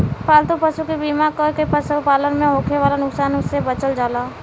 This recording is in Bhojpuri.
पालतू पशु के बीमा कर के पशुपालन में होखे वाला नुकसान से बचल जाला